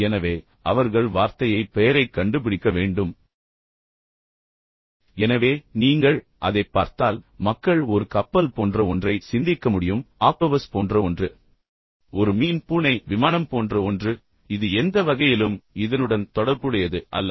எனவே அவர்கள் வார்த்தையை பெயரைக் கண்டுபிடிக்க வேண்டும் எனவே நீங்கள் அதைப் பார்த்தால் மக்கள் ஒரு கப்பல் போன்ற ஒன்றை சிந்திக்க முடியும் ஆக்டோபஸ் போன்ற ஒன்று ஒரு மீன் பூனை விமானம் போன்ற ஒன்று இது எந்த வகையிலும் இதனுடன் தொடர்புடையது அல்ல